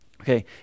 Okay